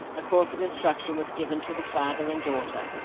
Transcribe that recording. a course of instruction was given to the father and daughter,